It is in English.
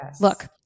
look